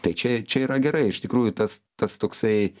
tai čia čia yra gerai iš tikrųjų tas tas toksai